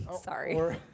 Sorry